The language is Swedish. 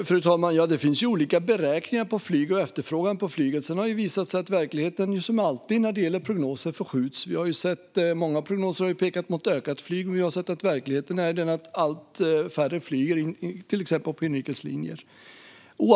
Fru talman! Det finns olika beräkningar på flyg och efterfrågan på det. Som alltid avviker dock verkligheten från prognosen. Många prognoser har pekat på ökat flygande, men i verkligheten flyger allt färre på exempelvis inrikeslinjer.